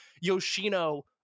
Yoshino